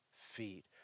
feet